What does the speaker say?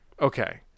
okay